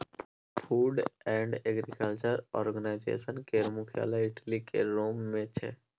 food and agriculture organisation केर मुख्यालय Italy केर रोम मे छै